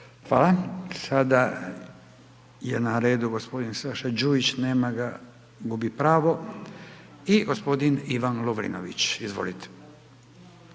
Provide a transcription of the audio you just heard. Hvala. Sada je na redu gospodin Saša Đujić, nema ga, gubi pravo. I gospodin Ivan Lovrinović, izvolite.